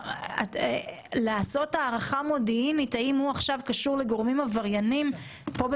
לעשות הערכה מודיעינית האם הוא קשור לגורמים עברייניים פה,